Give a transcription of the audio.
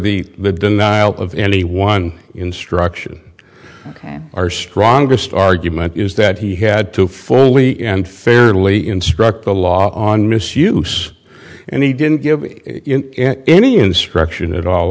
the denial of any one instruction our strongest argument is that he had to fully and fairly instruct the law on misuse and he didn't give any instruction at all